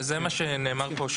זה מה שנאמר פה,